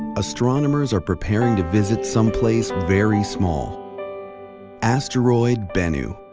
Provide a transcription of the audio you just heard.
astronomers are preparing to visit someplace very small asteroid bennu.